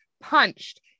punched